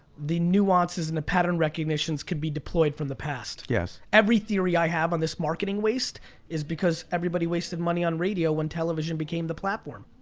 the nuances and pattern recognitions could be deployed from the past. every theory i have on this marketing waste is because everybody wasted money on radio when television became the platform.